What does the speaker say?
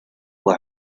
were